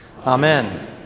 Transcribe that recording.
Amen